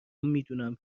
میدونم